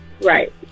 Right